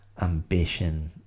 ambition